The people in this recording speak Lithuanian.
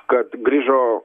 kad grįžo